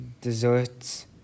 Desserts